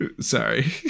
Sorry